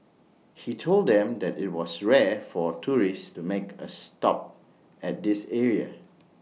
he told them that IT was rare for tourists to make A stop at this area